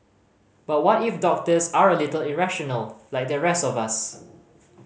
but what if doctors are a little irrational like the rest of us